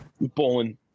Bowling